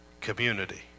community